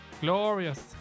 glorious